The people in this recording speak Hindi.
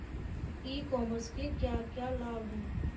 ई कॉमर्स के क्या क्या लाभ हैं?